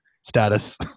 status